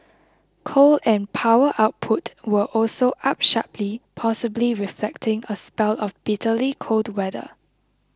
coal and power output were also up sharply possibly reflecting a spell of bitterly cold weather